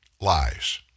lies